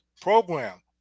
program